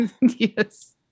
Yes